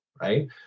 right